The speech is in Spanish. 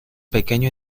pequeño